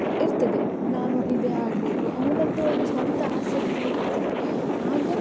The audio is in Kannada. ಇರ್ತದೆ ನಾನು ಇದೇ ಆಗ್ಬೇಕು ಅವ್ನದ್ದೇ ಒಂದು ಸ್ವಂತ ಆಸಕ್ತಿ ಇರ್ತದೆ ಆಗ